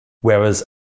whereas